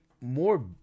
more